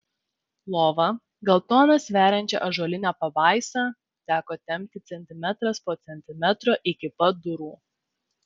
lova gal toną sveriančią ąžuolinę pabaisą teko tempti centimetras po centimetro iki pat durų